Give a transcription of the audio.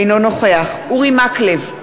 אינו נוכח אורי מקלב,